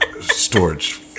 storage